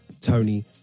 Tony